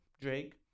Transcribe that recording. Drake